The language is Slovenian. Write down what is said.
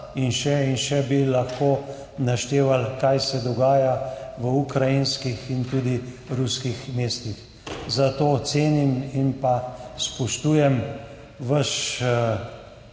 in še in še bi lahko naštevali, kaj se dogaja v ukrajinskih in tudi ruskih mestih. Zato cenim in spoštujem vaš